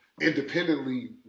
independently